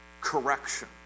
correction